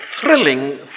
thrilling